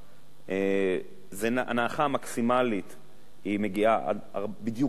ההנחה המקסימלית מגיעה בדיוק ל-40%,